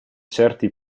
certi